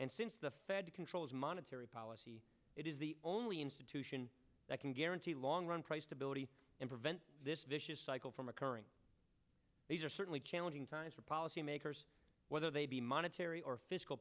and since the fed controls monetary policy it is the only institution that can guarantee long run price stability and prevent this vicious cycle from occurring or certainly challenging times for policymakers whether they be monetary or